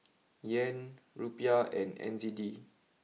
Yen Rupiah and N Z D